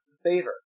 favor